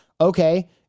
okay